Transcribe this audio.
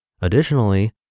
Additionally